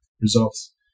results